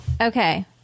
Okay